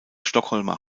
stockholmer